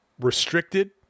restricted